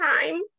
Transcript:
time